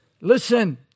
listen